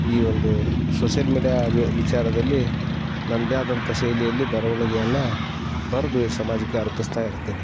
ಈ ಒಂದು social media ವಿ ವಿಚಾರದಲ್ಲಿ ನನ್ನದೇ ಆದಂಥ ಶೈಲಿಯಲ್ಲಿ ಬರವಣಿಗೆಯನ್ನ ಬರೆದು ಈ ಸಮಾಜಕ್ಕೆ ಅರ್ಪಿಸ್ತಾ ಇರ್ತೀನಿ